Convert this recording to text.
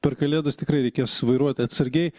per kalėdas tikrai reikės vairuoti atsargiai